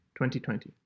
2020